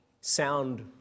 sound